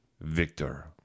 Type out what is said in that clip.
Victor